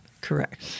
Correct